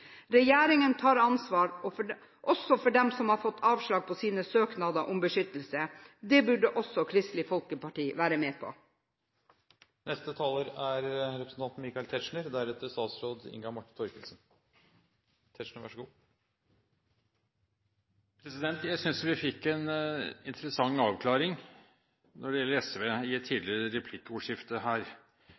regjeringen avslutte det planlagte arbeidet med omsorgssentre. Regjeringen tar ansvar også for dem som har fått avslag på sin søknad om beskyttelse. Det burde også Kristelig Folkeparti være med på. Jeg synes vi fikk en interessant avklaring når det gjelder SV i et tidligere replikkordskifte.